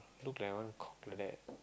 look like one cock like that